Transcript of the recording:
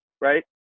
right